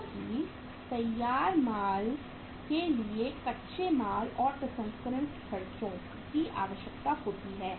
क्योंकि तैयार माल के लिए कच्चे माल और प्रसंस्करण खर्चों की आवश्यकता होती है